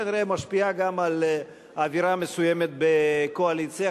כנראה משפיעה גם על אווירה מסוימת בקואליציה,